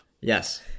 Yes